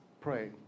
pray